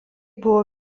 buvo